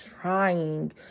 trying